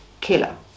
killer